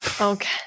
Okay